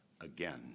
again